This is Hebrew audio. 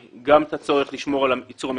גם את הצורך לשמור על הייצור המקומי,